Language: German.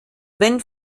wenn